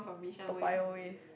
Toa-Payoh wave